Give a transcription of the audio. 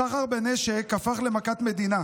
הסחר בנשק הפך למכת מדינה.